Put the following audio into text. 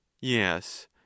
yes